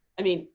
i mean,